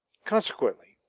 consequently,